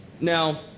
now